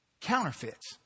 Counterfeits